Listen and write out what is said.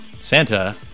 Santa